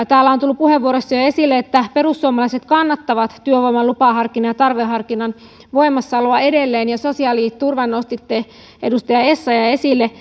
täällä on tullut puheenvuoroissa jo esille että perussuomalaiset kannattavat työvoiman lupaharkinnan ja tarveharkinnan voimassaoloa edelleen ja sosiaaliturvan nostitte edustaja essayah esille